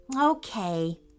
Okay